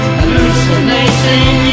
hallucinating